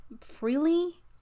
freely